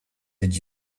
did